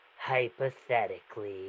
Hypothetically